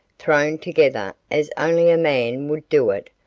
thrown together as only a man would do it,